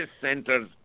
centers